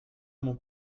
mon